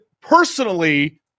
personally